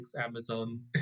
Amazon